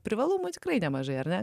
privalumų tikrai nemažai ar ne